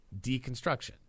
Deconstruction